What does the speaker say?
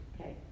okay